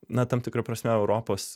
na tam tikra prasme europos